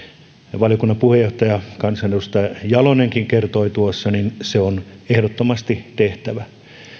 valiokunnan puheenjohtaja kansanedustaja jalonenkin kertoi tuossa on ehdottomasti tehtävä